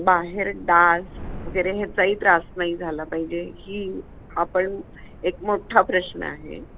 बाहेर डास वगैरे ह्याचाही त्रास नाही झाला पाहिजे ही हा पण एक मोठा प्रश्न आहे